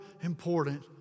important